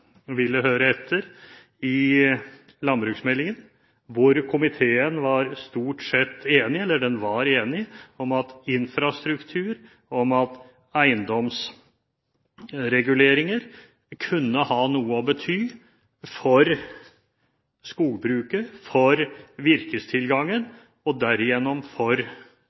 ville høre etter – i landbruksmeldingen, hvor komiteen var enig om at infrastruktur og eiendomsreguleringer kunne ha noe å bety for skogbruket, for virketilgangen og derigjennom for